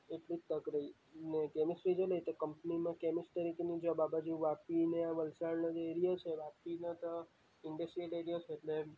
એટલી જ તક રહી ને કેમેસ્ટ્રી છે ને એ તો કંપનીમાં કેમિસ્ટ તરીકેની જોબ આ બાજુ વાપી ને આ વલસાડનો જે એરિયો છે વાપીના તો ઇન્ડસ્ટ્રિયલ એરિયો છે એટલે